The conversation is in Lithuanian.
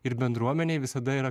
ir bendruomenėj visada yra